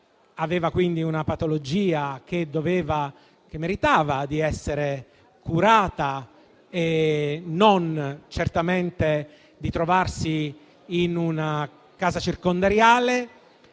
aveva quindi una patologia che meritava di essere curata; non avrebbe dovuto trovarsi in una casa circondariale.